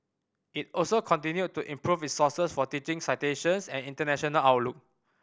it also continued to improve its scores for teaching citations and international outlook